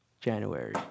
January